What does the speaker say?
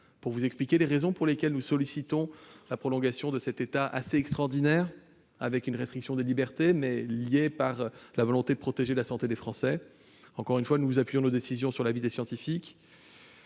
pour vous expliquer les raisons pour lesquelles nous sollicitons la prolongation de cet état d'urgence assez extraordinaire, caractérisé par une restriction des libertés liée à la volonté de protéger la santé des Français. J'y insiste, nous appuyons nos décisions sur l'avis des scientifiques.